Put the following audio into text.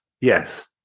Yes